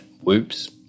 whoops